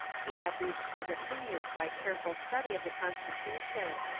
he had reached his opinions by careful study of the constitution,